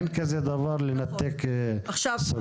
אין כזה דבר לנתק סוגיה.